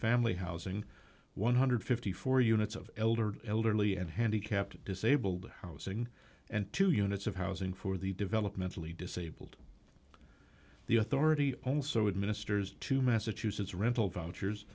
family housing one hundred and fifty four dollars units of elderly elderly and handicapped disabled housing and two units of housing for the developmentally disabled the authority also administers two massachusetts rental vouchers